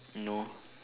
no